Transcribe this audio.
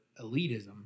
elitism